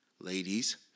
ladies